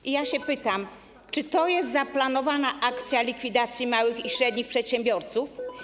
I ja się pytam, czy to jest zaplanowana akcja likwidacji małych i średnich przedsiębiorców.